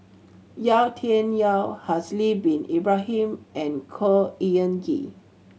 Yau Tian Yau Haslir Bin Ibrahim and Khor Ean Ghee